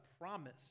promise